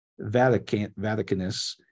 Vaticanus